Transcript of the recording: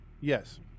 Yes